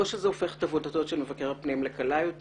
לא שזה הופך את עבודתו של מבקר הפנים לקלה יותר.